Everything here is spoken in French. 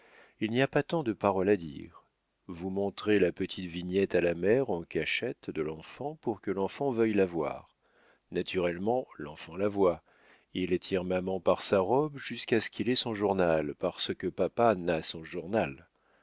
il n'y a pas tant de paroles à dire vous montrez la petite vignette à la mère en cachette de l'enfant pour que l'enfant veuille la voir naturellement l'enfant la voit il tire maman par sa robe jusqu'à ce qu'il ait son journal parce que papa na son journal